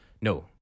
No